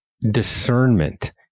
discernment